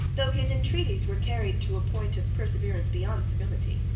though his entreaties were carried to a point of perseverance beyond civility,